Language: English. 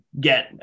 get